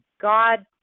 God